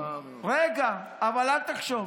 רגע, אבל אל תחשוב,